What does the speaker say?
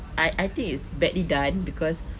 I I think it's badly down because